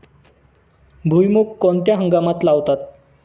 भुईमूग कोणत्या हंगामात लावतात?